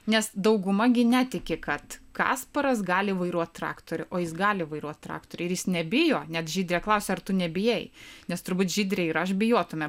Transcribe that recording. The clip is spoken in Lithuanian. nes dauguma gi netiki kad kasparas gali vairuot traktorių o jis gali vairuot traktorių ir jis nebijo net žydrė klausė ar tu nebijai nes turbūt žydrė ir aš bijotume